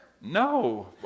No